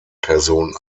person